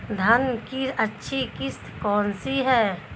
धान की अच्छी किस्म कौन सी है?